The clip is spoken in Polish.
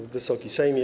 Wysoki Sejmie!